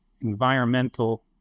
environmental